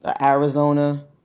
Arizona